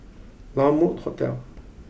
La Mode Hotel